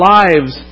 lives